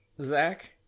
zach